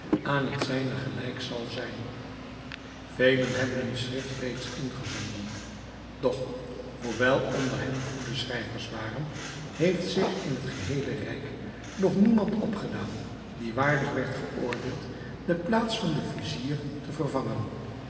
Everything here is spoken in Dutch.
aan het zijne gelijk zal zijn velen hebben hun schrift reeds ingezonden doch hoewel onder hen goede schrijvers waren heeft zich in het geheele rijk nog niemand opgedaan die waardig werd geoordeeld de plaats van den vizier te vervangen